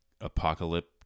apocalypse